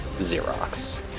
Xerox